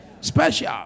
special